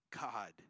God